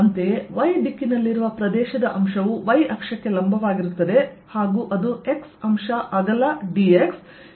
ಅಂತೆಯೇ y ದಿಕ್ಕಿನಲ್ಲಿರುವ ಪ್ರದೇಶದ ಅಂಶವು y ಅಕ್ಷಕ್ಕೆ ಲಂಬವಾಗಿರುತ್ತದೆ ಮತ್ತು ಅದು x ಅಂಶ ಅಗಲ dx ಎತ್ತರ dz ಅನ್ನು ಹೊಂದಿರುತ್ತದೆ